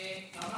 אדוני השר,